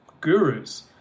gurus